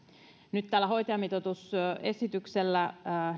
nyt tällä hoitajamitoitusesityksellä